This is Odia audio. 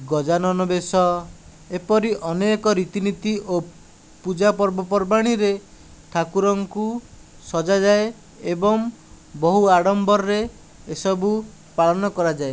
ଗଜାନନ ବେଶ ଏପରି ଅନେକ ରୀତିନୀତି ଓ ପୂଜା ପର୍ବ ପର୍ବାଣିରେ ଠାକୁରଙ୍କୁ ସଜାଯାଏ ଏବଂ ବହୁ ଆଡ଼ମ୍ବରରେ ଏସବୁ ପାଳନ କରାଯାଏ